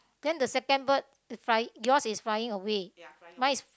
then the second bird fly yours is flying away mine is